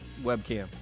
webcam